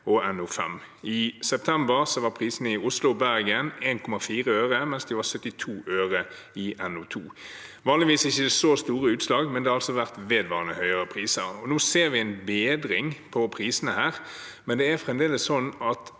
og NO5. I september var prisene i Oslo og Bergen 1,4 øre, mens de var 72 øre i NO2. Vanligvis er det ikke så store utslag, men det har altså vært vedvarende høyere priser. Nå ser vi en bedring i prisene, men det er fremdeles slik at